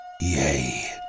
yay